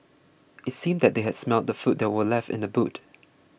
it seemed that they had smelt the food that were left in the boot